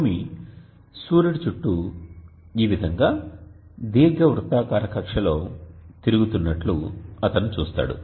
భూమి సూర్యుడి చుట్టూ ఈ విధంగా దీర్ఘవృత్తాకార కక్ష్యలో తిరుగుతున్నట్లు అతను చూస్తాడు